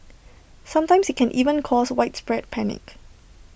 sometimes IT can even cause widespread panic